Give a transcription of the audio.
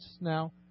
Now